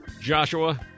Joshua